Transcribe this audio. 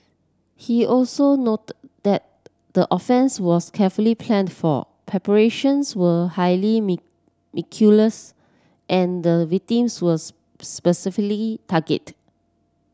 he also noted that the offence was carefully planned for preparations were highly meticulous and the victims was specifically target